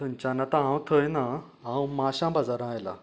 थंयच्यान आतां हांव थंय ना हांव माश्यां बाजारां आयलां